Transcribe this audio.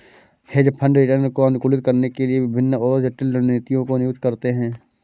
hedge fund return को अनुकूलित करने के लिए विभिन्न और जटिल रणनीतियों को नियुक्त करते हैं